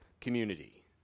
community